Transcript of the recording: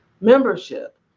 membership